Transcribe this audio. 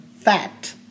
fat